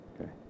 Okay